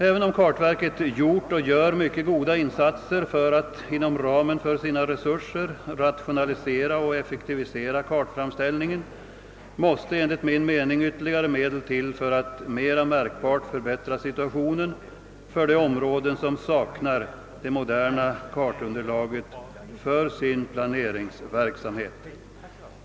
Även om kartverket gjort och gör mycket goda insatser för att inom ramen för sina resurser rationalisera och effektivisera kartframställningen krävs enligt min mening ytterligare medel för att mera märkbart förbättra situationen för de områden som saknar det moderna kartunderlaget för sin planeringsverksamhet.